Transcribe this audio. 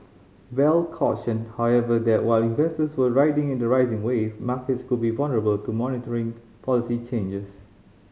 bell cautioned however that while investors were riding the rising wave markets could be vulnerable to monetary policy changes